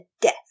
death